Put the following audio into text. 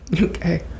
okay